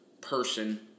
person